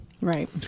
Right